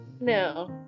No